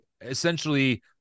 essentially